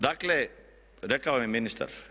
Dakle, rekao je ministar.